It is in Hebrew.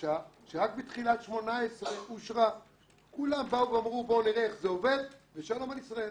ואני מוחקת את (ב) "שר האוצר ושר התרבות והספורט רשאים,